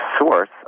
source